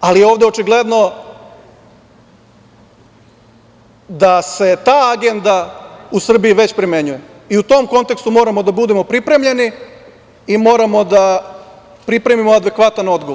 ali je ovde očigledno da se ta agenda u Srbiji već primenjuje i u tom kontekstu moramo da budemo pripremljeni i moramo da pripremimo adekvatan odgovor.